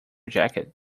jacket